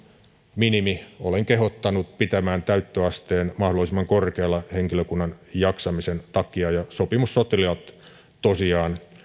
minimi olen kehottanut pitämään täyttöasteen mahdollisimman korkealla henkilökunnan jaksamisen takia ja sopimussotilaat tosiaan